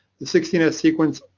the sixteen s sequence,